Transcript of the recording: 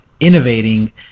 innovating